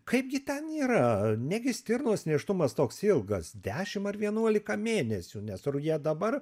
kaipgi ten yra negi stirnos nėštumas toks ilgas dešimtar vienuolika mėnesių nes ruja dabar